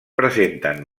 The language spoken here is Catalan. presenten